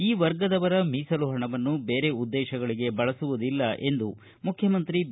ಈ ವರ್ಗದವರ ಮೀಸಲು ಹಣವನ್ನು ಬೇರೆ ಉದ್ದೇತಗಳಿಗೆ ಬಳಸುವುದಿಲ್ಲ ಎಂದು ಮುಖ್ಯಮಂತ್ರಿ ಬಿ